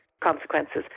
consequences